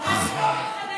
פעם.